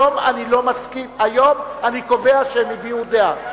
היום אני לא מסכים, היום אני קובע שהם הביעו דעה.